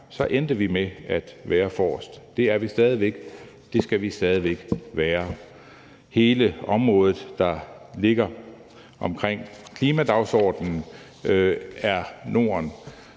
endte vi med at være forrest. Det er vi stadig væk, og det skal vi stadig væk være. På hele området, der ligger omkring klimadagsordenen, er man